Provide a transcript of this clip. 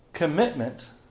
Commitment